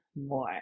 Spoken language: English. more